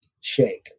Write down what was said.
shake